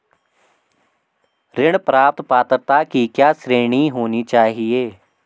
ऋण प्राप्त पात्रता की क्या श्रेणी होनी चाहिए?